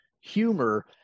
humor